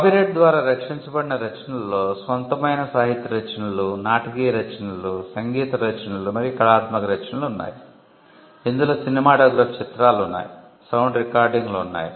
copyright ద్వారా రక్షించబడిన రచనలలో స్వంతమైన సాహిత్య రచనలు నాటకీయ రచనలు సంగీత రచనలు మరియు కళాత్మక రచనలు ఉన్నాయి ఇందులో సినిమాటోగ్రాఫ్ చిత్రాలు ఉన్నాయి సౌండ్ రికార్డింగ్లు ఉన్నాయి